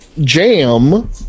jam